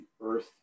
earth